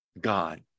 God